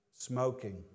Smoking